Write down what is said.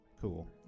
Cool